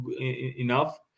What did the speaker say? enough